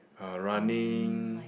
uh running